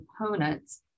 components